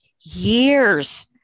years